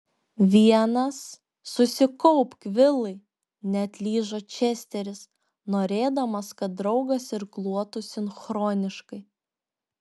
vienas susikaupk vilai neatlyžo česteris norėdamas kad draugas irkluotų sinchroniškai